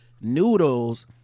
noodles